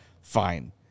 fine